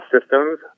systems